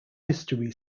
history